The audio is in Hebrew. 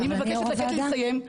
אני מבקשת לתת לי לסיים.